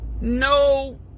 no